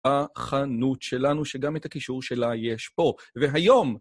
החנות שלנו, שגם את הקישור שלה יש פה. והיום...